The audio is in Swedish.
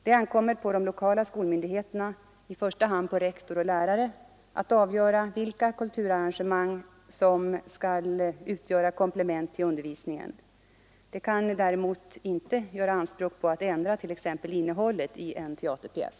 Det ankommer på de lokala skolmyndigheterna, i första hand rektor och lärare, att avgöra vilka kulturarrangemang som skall utgöra komplement till undervisningen. De kan däremot inte göra anspråk på att ändra t.ex. innehållet i en teaterpjäs.